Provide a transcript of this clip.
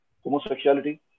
homosexuality